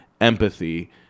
empathy